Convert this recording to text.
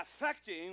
affecting